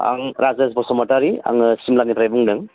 आं राजेस बसुमतारी आङो सिमलानिफ्राय बुंदों